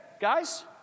Guys